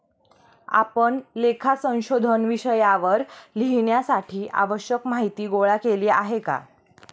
आपण लेखा संशोधन विषयावर लिहिण्यासाठी आवश्यक माहीती गोळा केली आहे का?